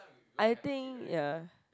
I think ya